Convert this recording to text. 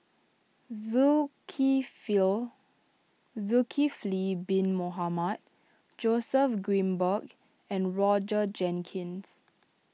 Zulkifli Bin Mohamed Joseph Grimberg and Roger Jenkins